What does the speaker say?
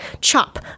Chop